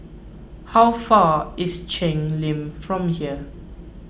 how far is Cheng Lim from here